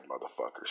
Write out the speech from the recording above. motherfuckers